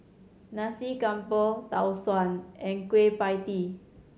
Nasi Campur Tau Suan and Kueh Pie Tee